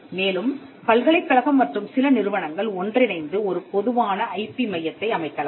மேலும் பல்கலைக்கழகம் மற்றும் சில நிறுவனங்கள் ஒன்றிணைந்து ஒரு பொதுவான ஐபி மையத்தை அமைக்கலாம்